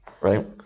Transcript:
right